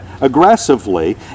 aggressively